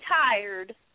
tired